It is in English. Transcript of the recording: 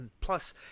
plus